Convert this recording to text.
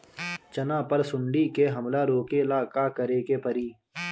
चना पर सुंडी के हमला रोके ला का करे के परी?